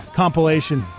compilation